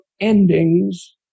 endings